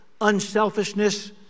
unselfishness